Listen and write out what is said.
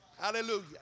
Hallelujah